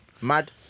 mad